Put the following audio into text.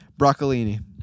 Broccolini